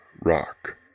rock